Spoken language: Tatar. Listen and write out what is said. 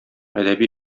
әдәби